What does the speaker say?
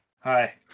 Hi